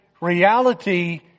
reality